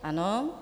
Ano.